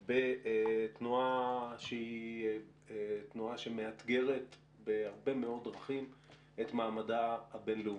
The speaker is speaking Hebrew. בתנועה שמאתגרת בהרבה מאוד דרכים את מעמדה הבינלאומי,